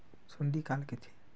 सुंडी काला कइथे?